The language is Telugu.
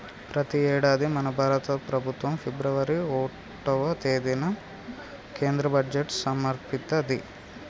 ప్రతి యేడాది మన భారత ప్రభుత్వం ఫిబ్రవరి ఓటవ తేదిన కేంద్ర బడ్జెట్ సమర్పిత్తది